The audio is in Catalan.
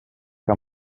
que